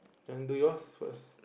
you wanna do yours first